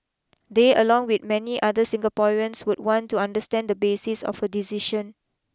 they along with many other Singaporeans would want to understand the basis of her decision